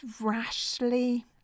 rashly